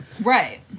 right